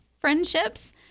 friendships